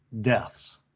deaths